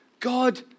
God